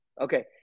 Okay